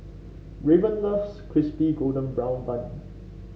Raven loves Crispy Golden Brown Bun